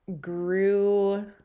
grew